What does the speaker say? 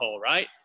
right